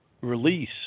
release